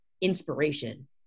inspiration